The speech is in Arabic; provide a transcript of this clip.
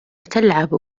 تلعب